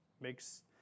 makes